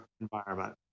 environment